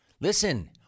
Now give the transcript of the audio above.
Listen